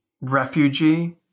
refugee